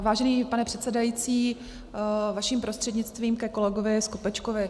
Vážený pane předsedající, vaším prostřednictvím ke kolegovi Skopečkovi.